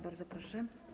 Bardzo proszę.